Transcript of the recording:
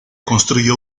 construyó